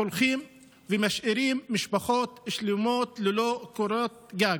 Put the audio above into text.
הולכים ומשאירים משפחות שלמות ללא קורת גג?